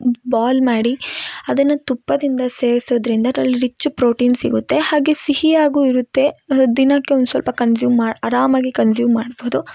ಬ್ ball ಮಾಡಿ ಅದನ್ನ ತುಪ್ಪದಿಂದ ಸೇವ್ಸೋದರಿಂದ ಅದ್ರಲ್ಲಿ ರಿಚ್ ಪ್ರೋಟೀನ್ ಸಿಗುತ್ತೆ ಹಾಗೆ ಸಿಹಿಯಾಗು ಇರುತ್ತೆ ದಿನಕ್ಕೆ ಒಂದು ಸ್ವಲ್ಪ ಕನ್ಸೂಮ್ ಮಾ ಅರಾಮಗಿ ಕನ್ಸೂಮ್ ಮಾಡ್ಬೋದು